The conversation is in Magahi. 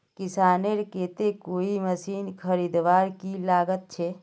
किसानेर केते कोई मशीन खरीदवार की लागत छे?